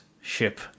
ship